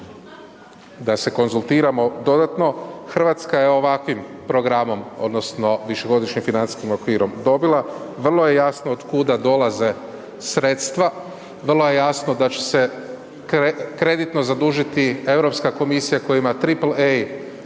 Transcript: da se konzultiramo dodatno. RH je ovakvim programom odnosno višegodišnjim financijskim okvirom dobila. Vrlo je jasno otkuda dolaze sredstva, vrlo je jasno da će se kreditno zadužiti Europska komisija koja ima triple